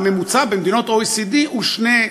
הממוצע במדינות OECD הוא 2%,